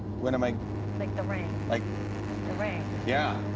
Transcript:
when am i like the ring. like the ring. yeah.